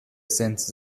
since